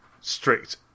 strict